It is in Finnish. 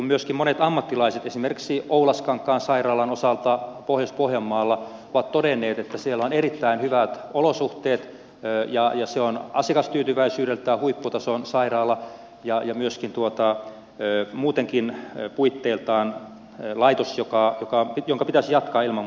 myöskin monet ammattilaiset esimerkiksi oulaskankaan sairaalan osalta pohjois pohjanmaalla ovat todenneet että siellä on erittäin hyvät olosuhteet ja se on asiakastyytyväisyydeltään huipputason sairaala ja myöskin muutenkin puitteiltaan laitos jonka pitäisi jatkaa ilman muuta toimintaa